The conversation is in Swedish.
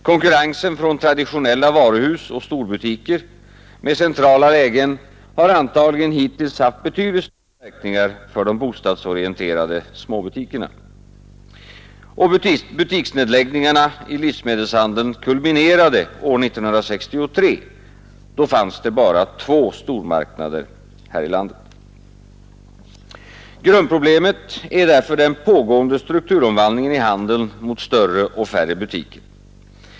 Konkurrensen från traditionella varuhus och storbutiker med centrala lägen har antagligen hittills haft betydligt större verkningar för de bostadsorienterade småbutikerna. Butiksnedläggningarna i livsmedelshandeln kulminerade år 1963, då det fanns endast två stormarknader i landet. Grundproblemet är därför den pågående strukturomvandlingen i handeln mot större och färre butiker.